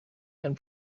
and